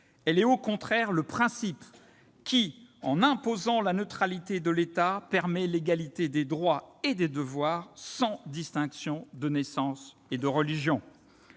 elle est au contraire le principe qui, en imposant la neutralité de l'État, permet l'égalité des droits et des devoirs, sans distinction de naissance ni de religion.